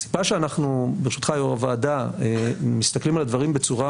הסיבה שאנחנו מסתכלים על הדברים בצורה